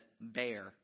bear